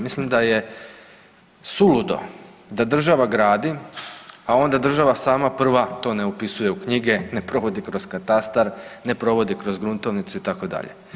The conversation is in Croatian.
Mislim da je suludo da država gradi, a onda država sama prva to ne upisuje u knjige, ne provodi kroz katastar, ne provodi kroz gruntovnicu itd.